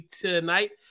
tonight